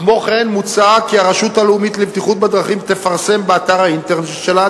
כמו כן מוצע כי הרשות הלאומית לבטיחות בדרכים תפרסם באתר האינטרנט שלה,